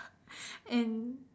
and